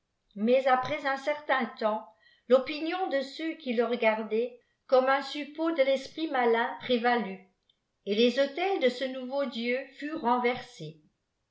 niais après un certain temps l'opinion de ceux qui le regardaient comme un suppôt de résprit malin prévalut et les autels de ce nouveau dieu furent renversés